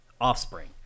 offspring